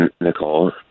Nicole